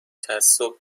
تعصب